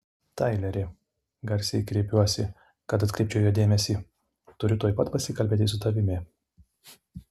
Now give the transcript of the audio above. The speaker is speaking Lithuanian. taileri garsiai kreipiuosi kad atkreipčiau jo dėmesį turiu tuoj pat pasikalbėti su tavimi